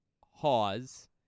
Hawes